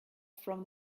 from